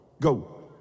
go